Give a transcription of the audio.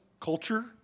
culture